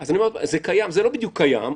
--- זה לא בדיוק קיים.